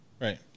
Right